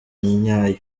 nyayo